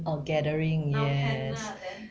oh gathering yes